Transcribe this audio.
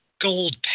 gold